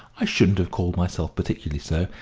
i shouldn't have called myself particularly so.